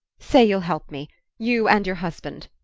say you'll help me you and your husband.